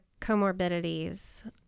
comorbidities